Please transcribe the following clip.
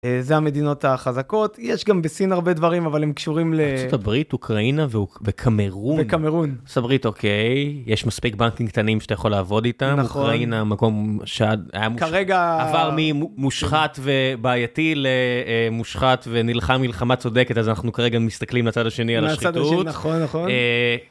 זה המדינות החזקות יש גם בסין הרבה דברים אבל הם קשורים לארצות הברית אוקראינה וכמרון וכמרון סברית אוקיי יש מספיק בנקים קטנים שאתה יכול לעבוד איתן אוקראינה מקום שעד כרגע עבר ממושחת ובעייתי למושחת ונלחם מלחמה צודקת אז אנחנו כרגע מסתכלים לצד השני על השחיתות.